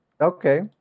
Okay